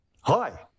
Hi